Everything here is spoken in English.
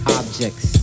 objects